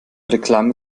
reklame